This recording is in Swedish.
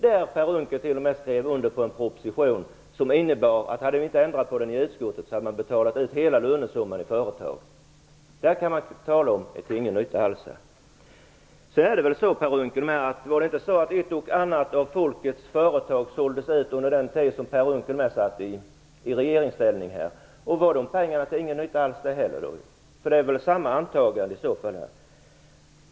Per Unckel skrev t.o.m. under en proposition som - om utskottet inte hade ändrat förslaget - skulle ha inneburit att man hade utbetalat hela lönesumman i företag. Där kan man verkligen använda uttrycket att det inte skulle ha varit till någon nytta alls. Var det inte dessutom så, att ett och annat av folkets företag såldes ut under den tid som Per Unckel satt i regeringen? Blev inte heller dessa pengar till någon nytta alls? Här måste man väl göra samma antagande.